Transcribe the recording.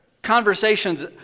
Conversations